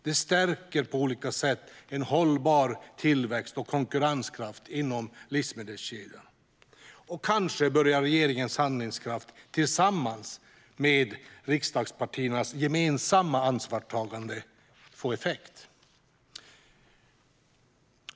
De stärker på olika sätt en hållbar tillväxt och konkurrenskraft inom livsmedelskedjan. Kanske börjar regeringens handlingskraft tillsammans med riksdagspartiernas gemensamma ansvarstagande att få effekt.